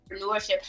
entrepreneurship